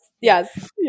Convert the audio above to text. yes